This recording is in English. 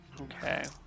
Okay